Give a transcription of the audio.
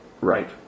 Right